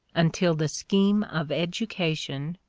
until the scheme of education,